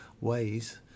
ways